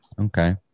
Okay